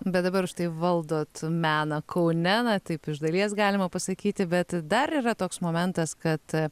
bet dabar štai valdot meną kaune na taip iš dalies galima pasakyti bet dar yra toks momentas kad